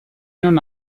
non